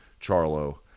Charlo